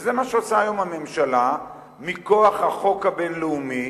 וזה מה שעושה היום הממשלה מכוח החוק הבין-לאומי,